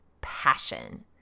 passion